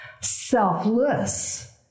Selfless